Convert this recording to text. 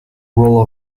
role